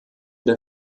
der